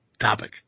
topic